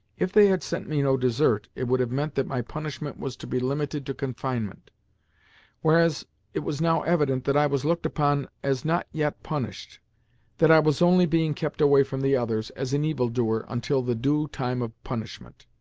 if they had sent me no dessert, it would have meant that my punishment was to be limited to confinement whereas it was now evident that i was looked upon as not yet punished that i was only being kept away from the others, as an evil-doer, until the due time of punishment.